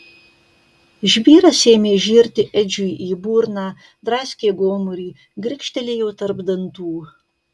žvyras ėmė žirti edžiui į burną draskė gomurį grikštelėjo tarp dantų